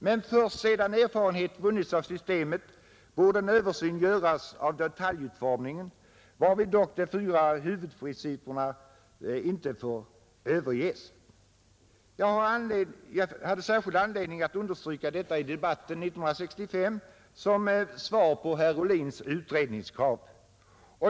Men först sedan erfarenhet vunnits av systemet borde en översyn göras av detaljutformningen, varvid dock de fyra huvudprinciperna inte får överges. Jag hade särskild anledning understryka detta i debatten 1965 som svar på herr Ohlins utredningskrav.